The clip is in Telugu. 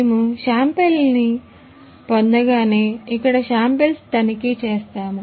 మేము శాంపిల్ ని పొందగానే ఇక్కడ శాంపిల్స్ను తనిఖీ చేస్తాము